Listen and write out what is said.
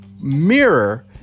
mirror